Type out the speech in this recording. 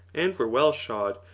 and were well shod,